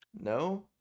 no